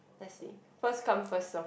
let's see first come first serve